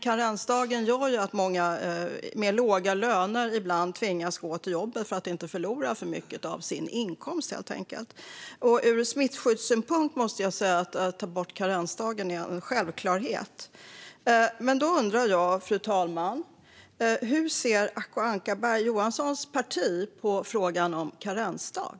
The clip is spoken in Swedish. Karensdagen gör dock att många med låga löner ibland tvingas gå till jobbet, helt enkelt för att inte förlora så mycket av inkomsten. Jag måste säga att ur smittskyddssynpunkt är det en självklarhet att ta bort karensdagen. Jag undrar, fru talman, hur Acko Ankarberg Johanssons parti ser på frågan om karensdag.